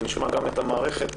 ונשמע גם את המערכת,